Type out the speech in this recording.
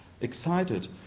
Excited